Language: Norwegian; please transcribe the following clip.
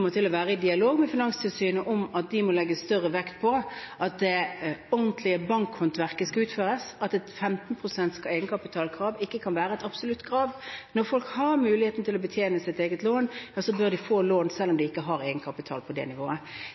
til å være i dialog med Finanstilsynet om at de må legge større vekt på hvordan det ordentlige bankhåndverket skal utføres, at et 15 pst.-egenkapitalkrav ikke kan være et absolutt krav. Når folk har muligheten til å betjene sitt eget lån, bør de få lån selv om de ikke har egenkapital på det nivået.